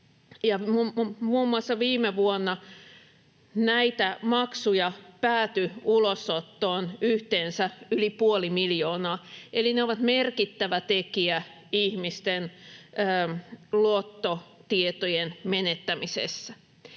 Muun muassa viime vuonna näitä maksuja päätyi ulosottoon yhteensä yli puoli miljoonaa, eli ne ovat merkittävä tekijä ihmisten luottotietojen menettämisessä.